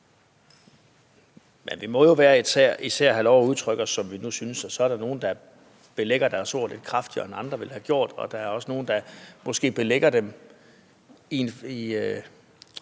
Vi må jo hver især have lov at udtrykke os, som vi nu synes. Så er der nogle, der belægger deres ord lidt kraftigere, end andre ville have gjort. Der er også nogle, der måske belægger dem i